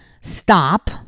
stop